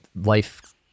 life